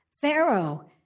Pharaoh